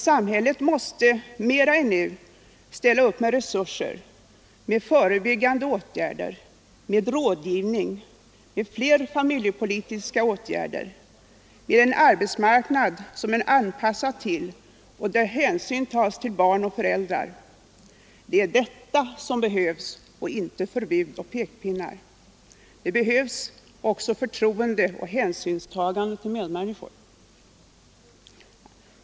Samhället måste emellertid mer än nu ställa upp med resurser, med förebyggande åtgärder, med rådgivning, med fler familje politiska åtgärder, med en arbetsmarknad som är anpassad till — och som tar hänsyn till — barn och föräldrar. Det är detta som behövs och inte förbud och pekpinnar. Det behövs också förtroende och hänsyn till medmänniskor.